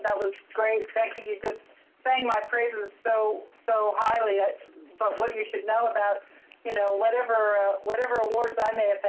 that was great, becky. you just sang my praises so so highly, ah but what you should know about you know whatever ah whatever awards i may